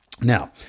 Now